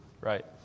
right